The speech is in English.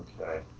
okay